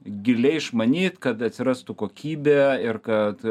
giliai išmanyt kad atsirastų kokybė ir kad